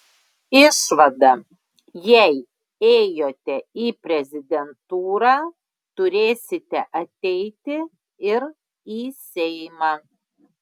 išvada jei ėjote į prezidentūrą turėsite ateiti ir į seimą